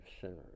sinners